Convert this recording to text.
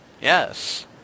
Yes